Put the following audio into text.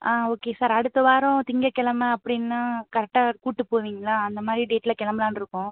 ஆ okay sir அடுத்த வாரம் திங்கக்கிழம அப்படின்னா கரெக்டாக கூட்டு போவீங்களா அந்தமாதிரி டேட்டில் கிளம்பலான் இருக்கோம்